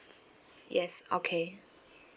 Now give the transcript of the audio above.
yes okay